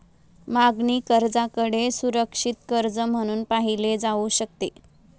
मागणी कर्जाकडे सुरक्षित कर्ज म्हणून पाहिले जाऊ शकते